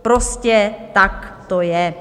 Prostě tak to je.